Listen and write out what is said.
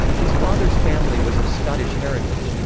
his father's family was of scottish heritage.